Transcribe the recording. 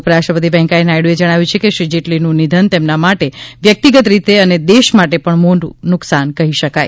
ઉપરાષ્ટ્રપતિ વેંકેયા નાયડુએ જણાવ્યું છે કે શ્રી જેટલીનું નિધન તેમના માટે વ્યક્તિગત રીતે અને દેશ માટે પણ મોટું નુકસાન કહી શકાય